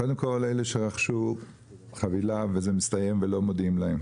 אלה שרכשו חבילה, כשהיא מסתיימת לא מודיעים להם.